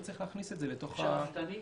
וצריך להכניס את זה לתוך --- שאפתני,